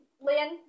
Lynn